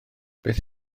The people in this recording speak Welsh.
beth